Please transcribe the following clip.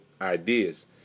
ideas